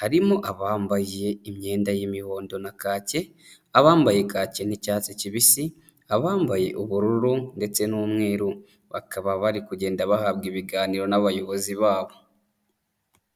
harimo abambaye imyenda y'imihondo na kake, abambaye kake n'icyatsi kibisi, abambaye ubururu ndetse n'umweru, bakaba bari kugenda bahabwa ibiganiro n'abayobozi babo.